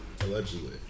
Allegedly